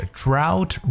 drought